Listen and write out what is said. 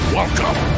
welcome